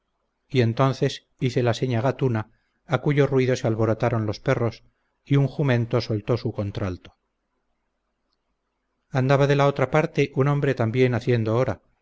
y entonces hice la seña gatuna a cuyo ruido se alborotaron los perros y un jumento soltó su contralto andaba de la otra parte un hombre también haciendo hora